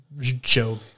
joke